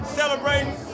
celebrating